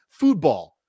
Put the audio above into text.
Foodball